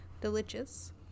delicious